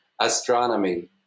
astronomy